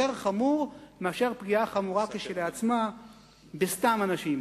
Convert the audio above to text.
חמור מאשר פגיעה חמורה כשלעצמה בסתם אנשים.